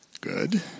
Good